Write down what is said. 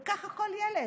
וככה כל ילד.